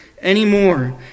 anymore